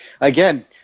again